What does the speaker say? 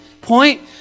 point